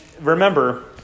remember